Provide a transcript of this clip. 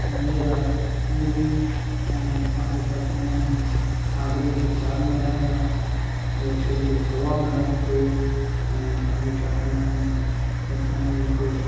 मंदरु आहे उहो बि ऐं पंहिंजो छा छा चवंदा आहिनि आगरे जो ताज महल आ जयपुर जो हवा महल थियो ऐं पंहिंजो छा चवंदा आहिनि हितां हिकु